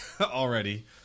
already